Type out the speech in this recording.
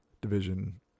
Division